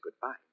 goodbye